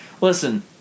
listen